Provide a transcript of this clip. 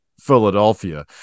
Philadelphia